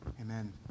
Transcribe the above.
Amen